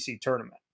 tournament